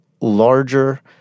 larger